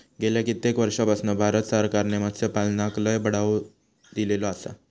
गेल्या कित्येक वर्षापासना भारत सरकारने मत्स्यपालनाक लय बढावो दिलेलो आसा